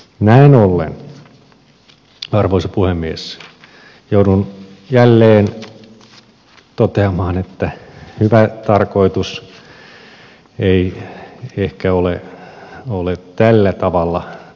näin ollen arvoisa puhemies joudun jälleen toteamaan että hyvä tarkoitus ei ehkä ole tällä tavalla toteutettavissa